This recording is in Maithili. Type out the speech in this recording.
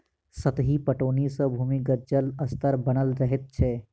सतही पटौनी सॅ भूमिगत जल स्तर बनल रहैत छै